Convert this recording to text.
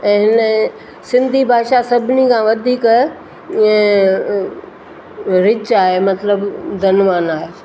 ऐं हिन सिंधी भाषा सभिनी खां वधीक इएं रिच आहे मतिलबु धनवान आहे